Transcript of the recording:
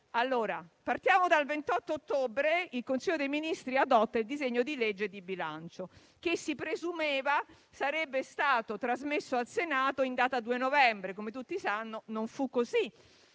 quanto segue: il 28 ottobre il Consiglio dei ministri adotta il disegno di legge di bilancio, che si presumeva sarebbe stato trasmesso al Senato in data 2 novembre. Come tutti sanno, non fu così